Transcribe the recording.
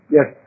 Yes